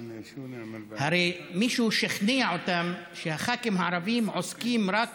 הרי מישהו שכנע אותם שהח"כים הערבים עוסקים רק